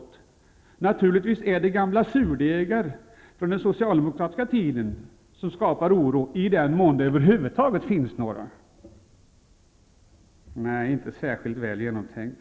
Det är naturligtvis gamla surdegar från den socialdemokratiska tiden som skapar oro i den mån det över huvud taget finns någon. Det är inte särskilt väl genomtänkt.